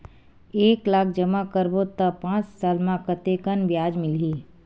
एक लाख जमा करबो त पांच साल म कतेकन ब्याज मिलही?